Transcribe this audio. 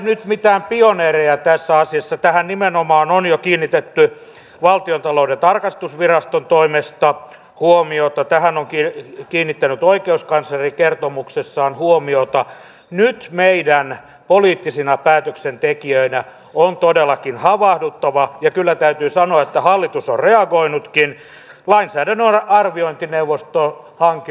kun kansallista lainsäädäntöä ollaan muutamassa nytten siitä johtuen niin näettekö te uhkaa että eun poliittinen paine tekee sen että tämän avunannon muoto sisältö ja aikataulu pyritään yhdenmukaistamaan ja että tämä kansallinen harkinta siltä osin kapenee tulevina aikoina